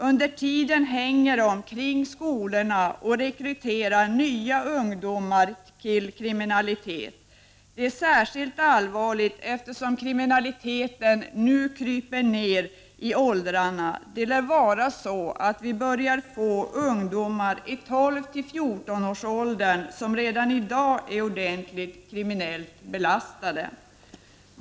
Under tiden hänger de kring skolorna och rekryterar nya ungdomar till kriminalitet. Det är särskilt allvarligt, eftersom kriminaliteten nu kryper nedåt i åldrarna. Det lär vara så att vi börjar få ungdomar i 12-14-årsåldern som redan i dag är ordentligt kriminellt belastade.